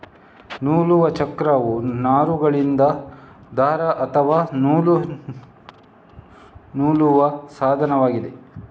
ನೂಲುವ ಚಕ್ರವು ನಾರುಗಳಿಂದ ದಾರ ಅಥವಾ ನೂಲು ನೂಲುವ ಸಾಧನವಾಗಿದೆ